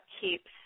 keeps